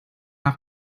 have